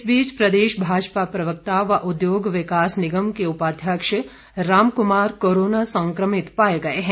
इस बीच प्रदेश भाजपा प्रवक्ता व उद्योग विकास निगम के उपाध्यक्ष राम कुमार कोरोना संक्रमित पाए गए हैं